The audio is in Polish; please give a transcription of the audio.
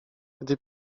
gdy